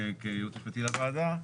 כייעוץ משפטי לוועדה,